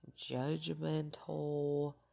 judgmental